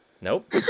Nope